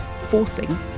forcing